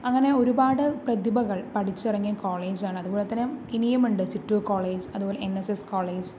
അങ്ങനെ ഒരുപാട് പ്രതിഭകൾ പഠിച്ചിറങ്ങിയ കോളേജാണ് അതുപോലെത്തന്നെ ഇനിയുമുണ്ട് ചിറ്റൂർ കോളേജ് അതുപോലെ എൻ എസ് എസ് കോളേജ്